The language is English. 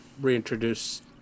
reintroduce